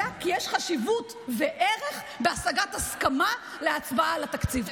אלא כי יש חשיבות וערך בהשגת הסכמה להצבעה על התקציב.